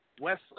Wesley